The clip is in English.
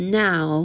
now